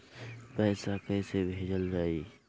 पैसा कैसे भेजल जाइ?